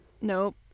Nope